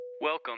Welcome